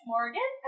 Morgan